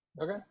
okay